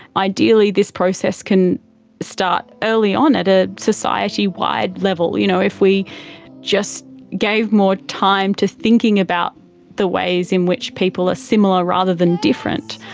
ideally this process can start early on at a society-wide level. you know, if we just gave more time to thinking about the ways in which people are similar rather than different,